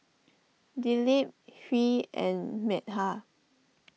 Dilip Hri and Medha